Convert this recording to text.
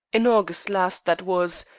in august last that was,